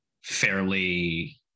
fairly